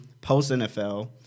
post-NFL